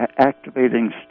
activating